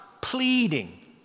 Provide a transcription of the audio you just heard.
pleading